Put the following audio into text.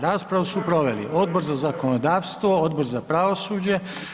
Raspravu su proveli Odbor za zakonodavstvo, Odbor za pravosuđe.